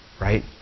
Right